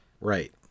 right